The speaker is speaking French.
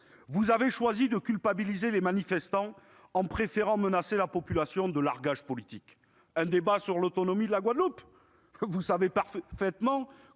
Vous avez choisi de culpabiliser les manifestants en menaçant la population de largage politique. Un débat sur l'autonomie de la Guadeloupe ? Vous savez parfaitement